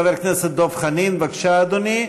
חבר הכנסת דב חנין, בבקשה, אדוני.